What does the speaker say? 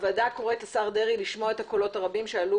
הוועדה קוראת לשר דרעי לשמוע את הקולות הרבים שעלו